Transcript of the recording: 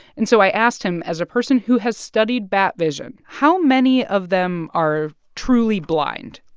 and so i asked him, as a person who has studied bat vision, how many of them are truly blind?